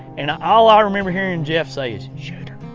and all ah i remember hearing jeff say is shooter!